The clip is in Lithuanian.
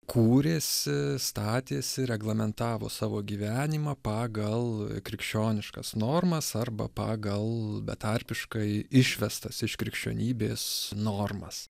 kūrėsi statėsi reglamentavo savo gyvenimą pagal krikščioniškas normas arba pagal betarpiškai išvestas iš krikščionybės normas